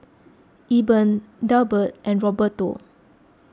Eben Delbert and Roberto